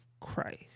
christ